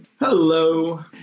Hello